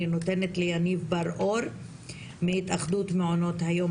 אני נותנת ליניב בר אור מהתאחדות מעונות היום